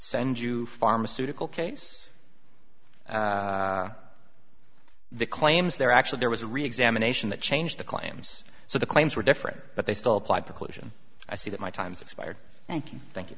send you pharmaceutical case the claims there actually there was reexamination that changed the claims so the claims were different but they still applied to collusion i see that my time's expired thank you thank you